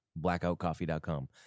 blackoutcoffee.com